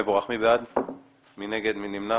מי מנמק?